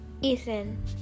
Ethan